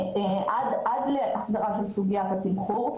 עד להסדרה של סוגיית התמחור,